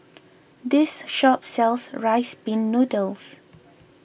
this shop sells Rice Pin Noodles